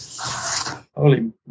Holy